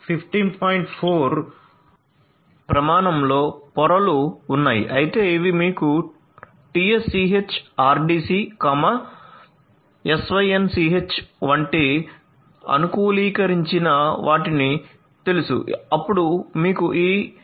4 ప్రమాణంలో పొరలు ఉన్నాయి అయితే ఇవి మీకు TSCH RDC SYNCH వంటి అనుకూలీకరించిన వాటిని తెలుసు అప్పుడు మీకు ఈ 802